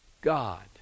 God